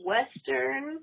Western